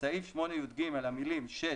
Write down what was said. בסעיף 8יג, המילים "6,